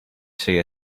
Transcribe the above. say